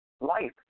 life